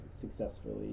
successfully